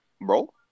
Bro